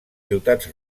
ciutats